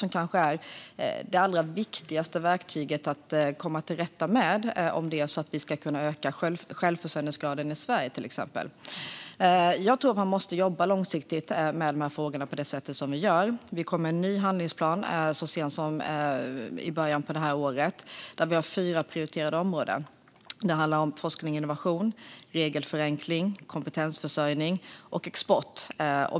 Det är kanske det allra viktigaste verktyget att komma till rätta med om vi till exempel ska kunna öka självförsörjningsgraden i Sverige. Man måste jobba långsiktigt med frågorna på det sätt som vi gör. Vi kom med en ny handlingsplan så sent som i början av detta år. I den har vi fyra prioriterade områden. Det handlar om forskning och innovation, regelförenkling, kompetensförsörjning samt export.